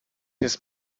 his